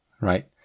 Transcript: right